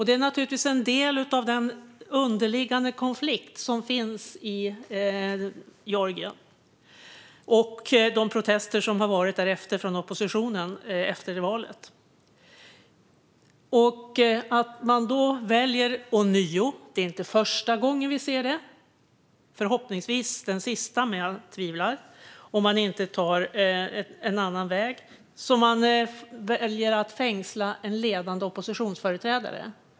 Det är naturligtvis en del av den underliggande konflikt som finns i Georgien och de protester som oppositionen har gett uttryck för efter valet. Det är inte första gången vi ser detta - men förhoppningsvis är det den sista, men jag tvivlar om man inte tar en annan väg - att man väljer att fängsla en ledande oppositionsföreträdare.